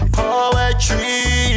poetry